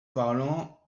parlant